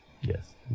Yes